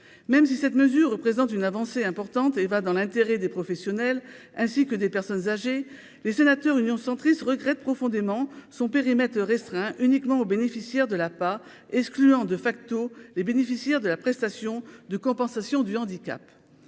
même si cette mesure représente une avancée importante et va dans l'intérêt des professionnels ainsi que des personnes âgées, les sénateur Union centriste regrette profondément son périmètre restreint uniquement aux bénéficiaires de la pas excluant de facto les bénéficiaires de la prestation de compensation du handicap,